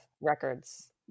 records